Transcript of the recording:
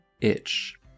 itch